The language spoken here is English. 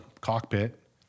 cockpit